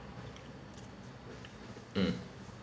mm